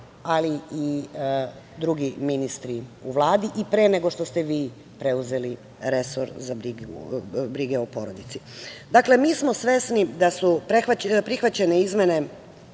ali i drugi ministri u Vladi i pre nego što ste vi preuzeli resor za brigu o porodici. Dakle, mi smo svesni da smo prihvaćene izmene